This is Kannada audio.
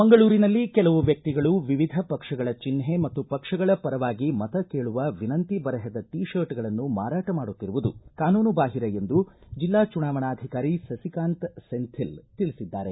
ಮಂಗಳೂರಿನಲ್ಲಿ ಕೆಲವು ವ್ಯಕ್ತಿಗಳು ವಿವಿಧ ಪಕ್ಷಗಳ ಚಿನ್ನೆ ಮತ್ತು ಪಕ್ಷಗಳ ಪರವಾಗಿ ಮತ ಕೇಳುವ ವಿನಂತಿ ಬರೆಹದ ಟೀಶರ್ಟ್ಗಳನ್ನು ಮಾರಾಟ ಮಾಡುತ್ತಿರುವುದು ಕಾನೂನು ಬಾಹಿರ ಎಂದು ಜಿಲ್ಲಾ ಚುನಾವಣಾಧಿಕಾರಿ ಸಸಿಕಾಂತ ಸೆಂಥಿಲ್ ತಿಳಿಸಿದ್ದಾರೆ